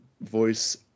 voice